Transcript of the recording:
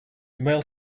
male